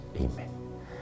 Amen